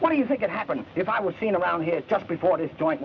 what do you think it happened if i was seen around here just before this joint